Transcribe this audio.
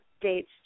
dates